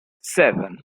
seven